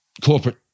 corporate